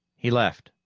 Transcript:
he left,